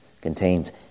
contains